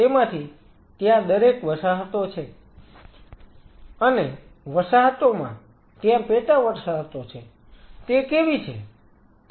તેમાંથી ત્યાં દરેક વસાહતો છે અને વસાહતોમાં ત્યાં પેટા વસાહતો છે તે કેવી છે